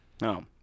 No